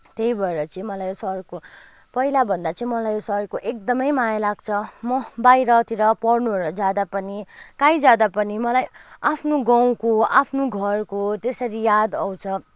त्यही भएर चाहिँ मलाई यो सहरको पहिलाभन्दा चाहिँ मलाई यो सहरको एकदमै माया लाग्छ म बाहिरतिर पढ्नुहरू जाँदा पनि काहीँ जाँदा पनि मलाई आफ्नो गाउँको आफ्नो घरको त्यसरी याद आउँछ